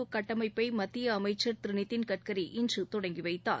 சுங்கச் கட்டமைப்பை மத்திய அமைச்சர் திரு நிதின் கட்கரி இன்று தொடங்கி வைத்தார்